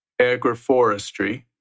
Agroforestry